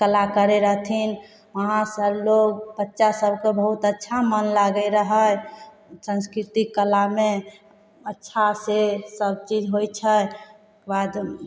कला करै रहथिन वहाँ सब लोग बच्चा सबके बहुत अच्छा मन लागै रहै संस्कीर्तिक कलामे अच्छा से सब चीज होइ छै ओहिकेबाद